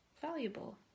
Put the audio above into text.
valuable